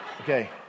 Okay